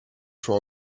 choix